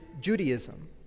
Judaism